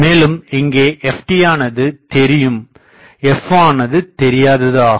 மேலும் இங்கே Ftயானது தெரியும் மற்றும் F ஆனது தெரியாதது ஆகும்